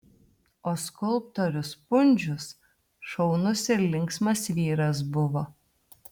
o skulptorius pundzius šaunus ir linksmas vyras buvo